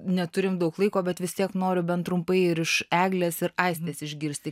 neturim daug laiko bet vis tiek noriu bent trumpai ir iš eglės ir aistės išgirsti